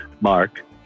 Mark